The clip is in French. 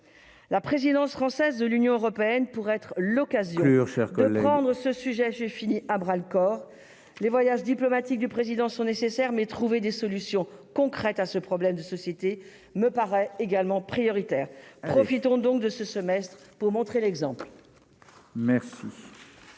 La présidence française du Conseil de l'Union européenne pourrait être l'occasion de prendre ce sujet à bras-le-corps. Les voyages diplomatiques du Président sont nécessaires, mais trouver des solutions concrètes à ce problème de société me paraît également prioritaire. Profitons de ce semestre pour montrer l'exemple